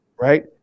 Right